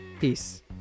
Peace